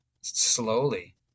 slowly